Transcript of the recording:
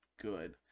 good